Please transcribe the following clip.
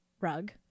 rug